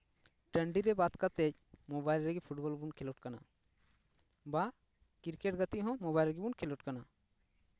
ᱴᱟᱺᱰᱤ ᱨᱮ ᱵᱟᱫᱽ ᱠᱟᱛᱮᱜ ᱢᱳᱵᱟᱭᱤᱞ ᱨᱮᱜᱮ ᱯᱷᱩᱴᱵᱚᱞ ᱵᱚᱱ ᱠᱷᱮᱞᱳᱰ ᱠᱟᱱᱟ ᱵᱟ ᱠᱨᱤᱠᱮ ᱴ ᱜᱟᱛᱮᱜ ᱦᱚᱸ ᱢᱳᱵᱟᱭᱤᱞ ᱨᱮᱜᱮ ᱵᱚᱱ ᱠᱷᱮᱞᱳᱰ ᱠᱟᱱᱟ